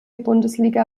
bundesliga